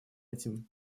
этим